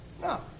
No